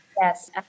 yes